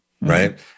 Right